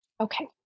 Okay